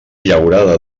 llaurada